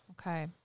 Okay